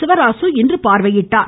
சிவராசு இன்று பார்வையிட்டார்